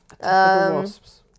wasps